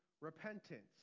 repentance